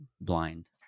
blind